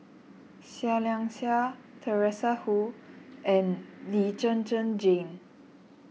Seah Liang Seah Teresa Hsu and Lee Zhen Zhen Jane